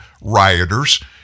rioters